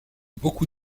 beaucoup